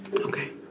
Okay